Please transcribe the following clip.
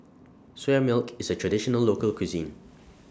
Soya Milk IS A Traditional Local Cuisine